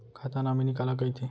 खाता नॉमिनी काला कइथे?